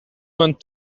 went